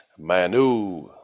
Manu